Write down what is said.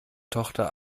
tochter